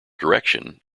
direction